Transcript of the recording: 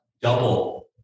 double